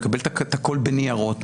ולקבל את הכל בניירות,